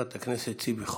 חברת הכנסת ציפי חוטובלי.